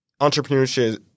entrepreneurship